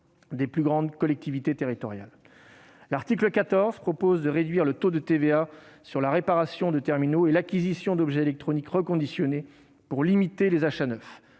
des plus grandes collectivités territoriales. L'article 14 prévoit de réduire le taux de TVA sur la réparation de terminaux et l'acquisition d'objets électroniques reconditionnés pour limiter les achats neufs.